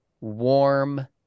warm